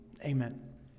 amen